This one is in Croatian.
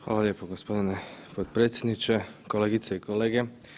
Hvala lijepo gospodine potpredsjedniče, kolegice i kolege.